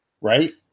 right